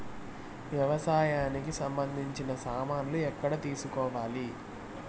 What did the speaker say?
వ్యవసాయానికి సంబంధించిన సామాన్లు ఎక్కడ తీసుకోవాలి?